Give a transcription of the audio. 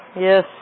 Yes